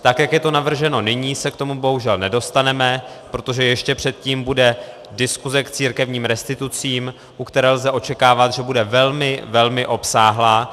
Tak jak je to navrženo nyní, se k tomu bohužel nedostaneme, protože ještě předtím bude diskuse k církevním restitucím, u které lze očekávat, že bude velmi velmi obsáhlá.